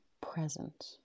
present